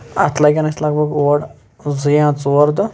اَتھ لَگن اَسہِ لگ بگ اور زٕ یا ژور دۄہ